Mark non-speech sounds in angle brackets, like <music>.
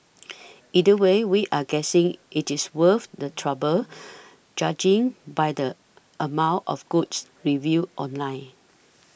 either way we're guessing it is worth the trouble <noise> judging by the amount of goods reviews online